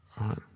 Right